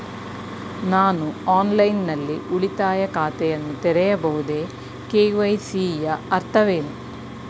ನಾನು ಆನ್ಲೈನ್ ನಲ್ಲಿ ಉಳಿತಾಯ ಖಾತೆಯನ್ನು ತೆರೆಯಬಹುದೇ? ಕೆ.ವೈ.ಸಿ ಯ ಅರ್ಥವೇನು?